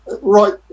right